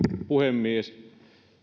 puhemies